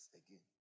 again